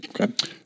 Okay